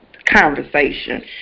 Conversation